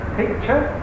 picture